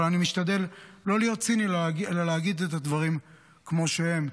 אבל אני משתדל לא להיות ציני אלא להגיד את הדברים כמו שהם.